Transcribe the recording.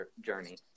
journey